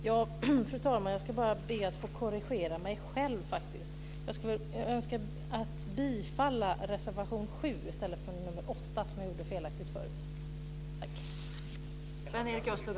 Fru talman! Jag ska bara be att få korrigera mig själv. Jag yrkar bifall till reservation 7 i stället för till reservation 8, som jag tidigare felaktigt yrkade bifall till.